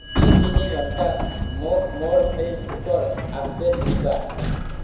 প্ৰতি তিনি ঘণ্টাত মোক মোৰ ফেইচবুকৰ আপডেট দিবা